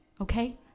okay